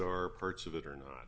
or parts of it are not